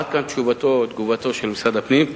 עד כאן תשובתו, תגובתו של משרד הפנים.